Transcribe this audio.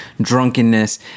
drunkenness